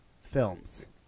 films